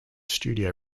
studio